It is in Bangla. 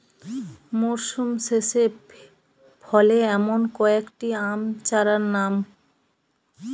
মরশুম শেষে ফলে এমন কয়েক টি আম চারার নাম?